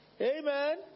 Amen